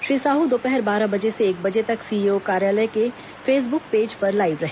श्री साहू दोपहर बारह बजे से एक बजे तक सीईओ कार्यालय के फेसबुक पेज पर लाइव रहे